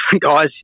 guys